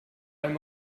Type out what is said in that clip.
allem